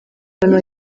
abantu